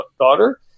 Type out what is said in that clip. daughter